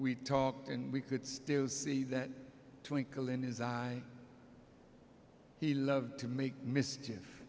we talked and we could still see that twinkle in his eye he loved to make mischief